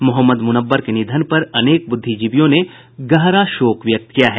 मोहम्मद मुनव्वर के निधन के पर अनेक बुद्धिजीवियों ने गहरा शोक व्यक्त किया है